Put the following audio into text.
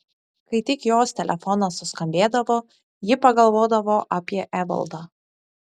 kai tik jos telefonas suskambėdavo ji pagalvodavo apie evaldą